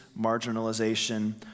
marginalization